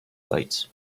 lights